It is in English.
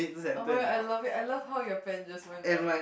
[oh]-my-god I love it I love how your pen just went like